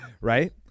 Right